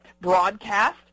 broadcast